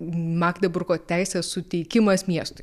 magdeburgo teisės suteikimas miestui